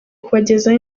kubagezaho